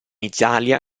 italia